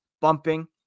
bumping